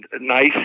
nice